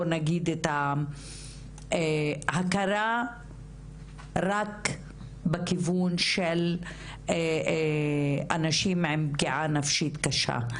נגיד את ההכרה רק בכיוון של אנשים עם פגיעה נפשית קשה,